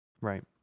right